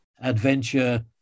adventure